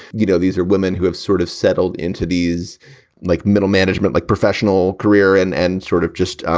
you know, these are women who have sort of settled into these like middle management, like professional career and and sort of just.